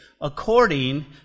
according